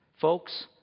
folks